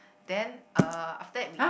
then uh after that we